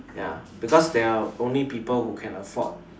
ya because they're only people who can afford